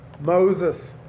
Moses